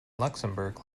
luxembourg